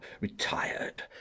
retired